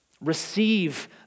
Receive